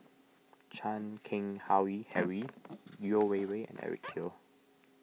Chan Keng Howe Harry Yeo Wei Wei and Eric Teo